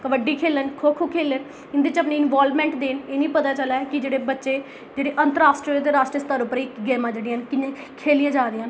कबड्डी खेढन खो खो खेढन इ'दे च अपनी इनवालवमैंट देन इ'नें ई पता चलै कि जेह्ड़े बच्चे जेह्ड़े अंतर राश्ट्र ते राश्ट्री स्तर पर इक गेमां जेह्ड़ियां न कि'यां खेढियां जा दियां न